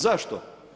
Zašto?